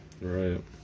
Right